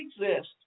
exist